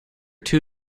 two